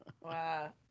Wow